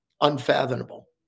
unfathomable